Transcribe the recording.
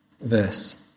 verse